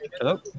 Hello